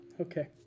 okay